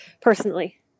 personally